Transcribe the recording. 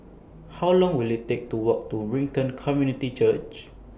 How Long Will IT Take to Walk to Brighton Community Church